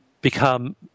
become